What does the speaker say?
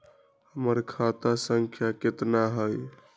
हमर खाता के सांख्या कतना हई?